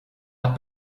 hat